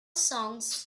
songs